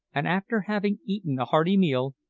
and after having eaten a hearty meal,